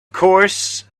course